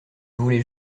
voulais